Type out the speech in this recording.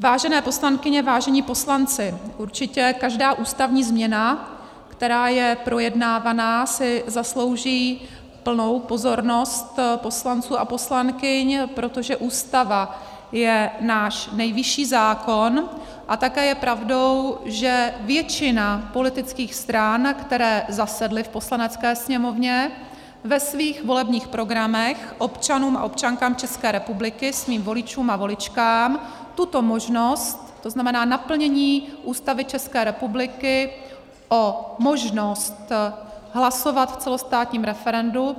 Vážené poslankyně, vážení poslanci, určitě každá ústavní změna, která je projednávaná, si zaslouží plnou pozornost poslanců a poslankyň, protože Ústava je náš nejvyšší zákon, a také je pravdou, že většina politických stran, které zasedly v Poslanecké sněmovně, ve svých volebních programech občanům a občankám ČR, svým voličům a voličkám, tuto možnost, to znamená naplnění Ústavy ČR o možnost hlasovat v celostátním referendu,